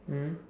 mm